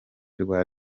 rwa